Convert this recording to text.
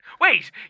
Wait